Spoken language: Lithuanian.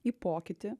į pokytį